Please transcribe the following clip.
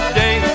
day